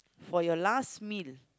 for your last meal